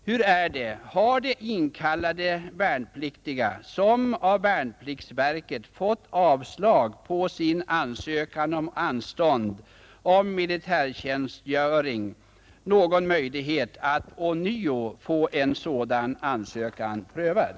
Har de inkallade värnpliktiga, som av värnpliktsverket fått avslag på sin ansökan om anstånd med militär tjänstgöring, någon möjlighet att ånyo få en sådan ansökan prövad?